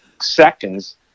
seconds